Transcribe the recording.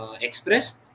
Express